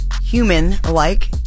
human-like